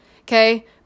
Okay